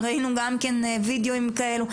ראינו גם כן סרטונים כאלה,